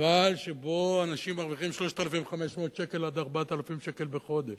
מפעל שבו אנשים מרוויחים 3,500 שקל עד 4,000 שקל בחודש.